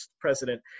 president